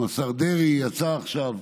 גם השר דרעי שיצא עכשיו.